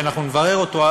שאנחנו נברר אותו,